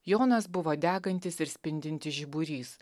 jonas buvo degantis ir spindintis žiburys